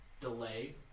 delay